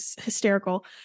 hysterical